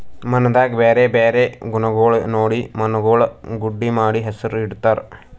ಮಣ್ಣದಾಗ್ ಬ್ಯಾರೆ ಬ್ಯಾರೆ ಗುಣಗೊಳ್ ನೋಡಿ ಮಣ್ಣುಗೊಳ್ ಗುಡ್ಡಿ ಮಾಡಿ ಹೆಸುರ್ ಇಡತ್ತಾರ್